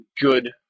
good